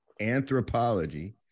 anthropology